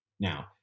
Now